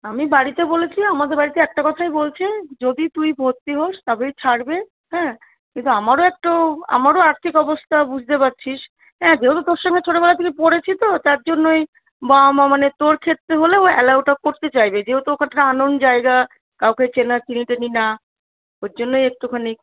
আমি বাড়িতে বলেছি আমাদের বাড়িতে একটা কথাই বলছে যদি তুই ভর্তি হোস তবেই ছাড়বে হ্যাঁ কিন্তু আমারও একটু আমারও আর্থিক অবস্থা বুঝতে পারছিস হ্যাঁ যেহেতু তোর সঙ্গে ছোটবেলা থেকে পড়েছি তো তার জন্যই বাবা মা মানে তোর ক্ষেত্রে হলে ও অ্যালাউটা করতে চাইবে যেহেতু ওখানটা আননোন জায়গা কাউকে চেনা চিনি টিনি না ওর জন্যই একটুখানি